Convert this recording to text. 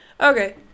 Okay